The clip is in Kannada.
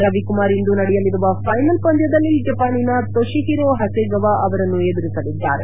ರವಿಕುಮಾರ್ ಇಂದು ನಡೆಯಲಿರುವ ಫೈನಲ್ ಪಂದ್ಯದಲ್ಲಿ ಜಪಾನಿನ ತೊಶಿಹಿರೊ ಹಸೆಗವಾ ಅವರನ್ನು ಎದುರಿಸಲಿದ್ದಾರೆ